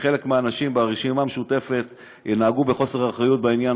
חלק מהאנשים ברשימה המשותפת נהגו בחוסר אחריות בעניין